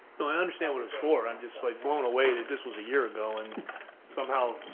no, i understand what it's for. i'm just like, blown away that this was a year ago and somehow,